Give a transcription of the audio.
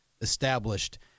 established